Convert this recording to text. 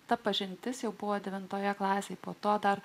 ta pažintis jau buvo devintoje klasėje po to dar